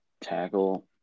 Tackle